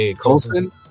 Colson